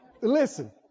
Listen